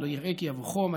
ולא יראה כי יבא חם,